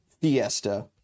fiesta